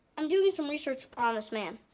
i'm doing some research on this man.